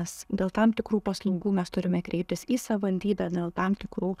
nes dėl tam tikrų paslaugų mes turime kreiptis į savandybę dėl tam tikrų